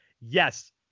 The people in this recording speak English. yes